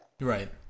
right